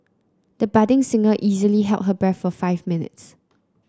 the budding singer easily held her breath for five minutes